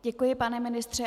Děkuji, pane ministře.